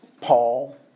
Paul